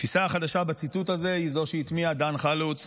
התפיסה החדשה בציטוט הזה היא זו שהטמיע דן חלוץ,